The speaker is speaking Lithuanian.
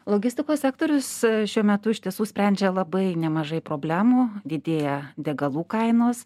logistikos sektorius šiuo metu iš tiesų sprendžia labai nemažai problemų didėja degalų kainos